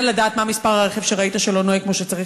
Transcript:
לדעת מה מספר הרכב שראית שלא נוהג כמו שצריך.